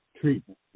treatment